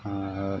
ᱟᱨ